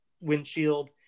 windshield